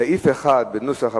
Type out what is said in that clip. סעיף 1, כהצעת הוועדה,